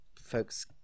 folks